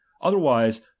otherwise